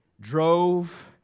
drove